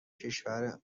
کشور